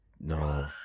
No